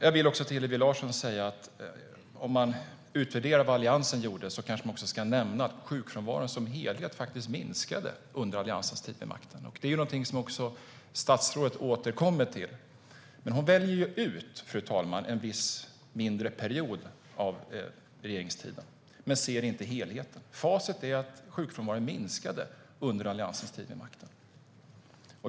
Jag vill också till Hillevi Larsson säga att om man utvärderar vad Alliansen gjorde kanske man också ska nämna att sjukfrånvaron som helhet faktiskt minskade under Alliansens tid vid makten. Det är också något som statsrådet återkommer till. Men hon väljer ut, fru talman, en mindre period av regeringstiden och ser inte helheten. Facit är att sjukfrånvaron minskade under Alliansens tid vid makten.